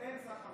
אין מסחרה.